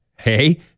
Hey